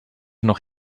noch